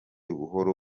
buhoro